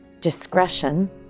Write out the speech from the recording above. discretion